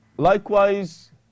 Likewise